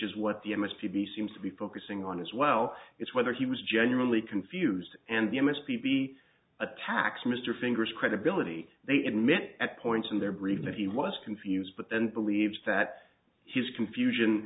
is what the m s p b seems to be focusing on as well is whether he was genuinely confused and the m s p b attacks mr fingers credibility they emit at points in their brain that he was confused but then believes that his confusion